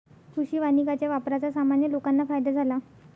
कृषी वानिकाच्या वापराचा सामान्य लोकांना फायदा झाला